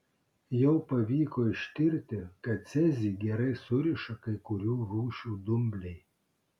jau pavyko ištirti kad cezį gerai suriša kai kurių rūšių dumbliai